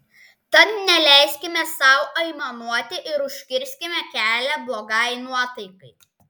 tad neleiskime sau aimanuoti ir užkirskime kelią blogai nuotaikai